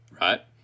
right